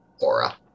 Aura